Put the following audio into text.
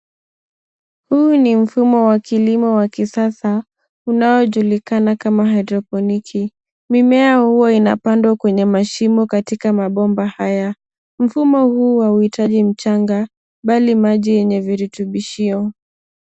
Huu ni mfumo wa kilimo wa kisasa unaojulikana kama hydroponiki mimea huwa inapandwa kwenye mashimo katika mabomba haya mfumo huu hauhitaji mchanga bali maji yenye virutubishio.